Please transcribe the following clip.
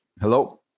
Hello